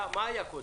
מה היה קודם?